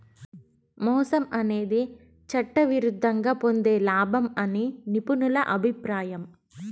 మోసం అనేది చట్టవిరుద్ధంగా పొందే లాభం అని నిపుణుల అభిప్రాయం